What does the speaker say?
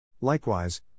Likewise